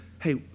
hey